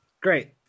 Great